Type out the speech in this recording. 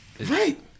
Right